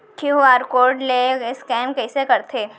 QR code ले scan कइसे करथे?